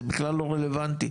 זה בכלל לא רלוונטי.